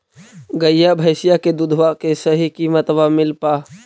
गईया भैसिया के दूधबा के सही किमतबा मिल पा?